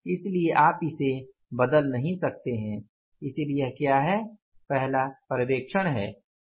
इसलिए आप इसे बदल नहीं सकते हैं इसलिए यह क्या है पहला पर्यवेक्षण है